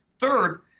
third